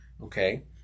okay